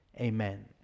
Amen